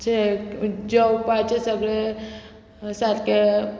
जे जेवपाचें सगळे सारकें